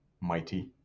mighty